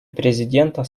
президента